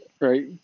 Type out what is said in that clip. right